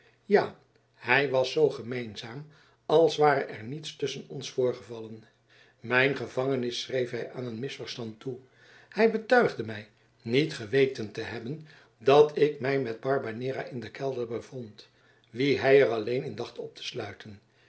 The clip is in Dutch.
ja hij was zoo gemeenzaam als ware er niets tusschen ons voorgevallen mijn gevangenis schreef hij aan een misverstand toe hij betuigde mij niet geweten te hebben dat ik mij met barbanera in den kelder bevond wien hij er alleen in dacht op te sluiten